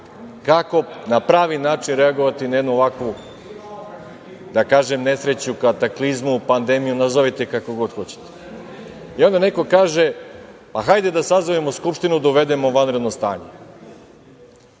kako na pravi način reagovati na jednu ovakvu nesreću, kataklizmu, pandemiju, nazovite je kako god hoćete. Onda neko kaže - hajde da sazovemo Skupštinu, da uvedemo vanredno stanje.